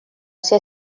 ser